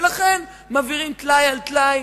ולכן מעבירים טלאי על טלאי.